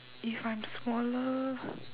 if I'm smaller